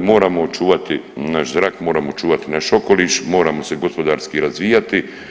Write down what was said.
moramo čuvati naš zrak, moramo čuvati naš okoliš, moramo se gospodarski razvijati.